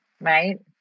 Right